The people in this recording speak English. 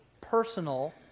personal